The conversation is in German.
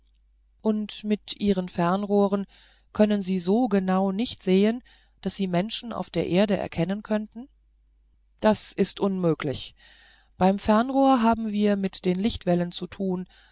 und mit ihren fernrohren können sie so genau nicht sehen daß sie menschen auf der erde erkennen könnten das ist unmöglich beim fernrohr haben wir mit den lichtwellen zu tun